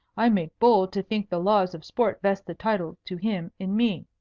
i make bold to think the laws of sport vest the title to him in me.